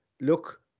look